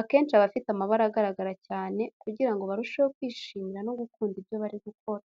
Akenshi aba afite amabara agaragara cyane kugira ngo barusheho kwishimira no gukunda ibyo bari gukora.